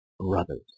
brothers